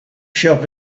shop